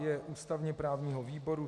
Je ústavněprávního výboru.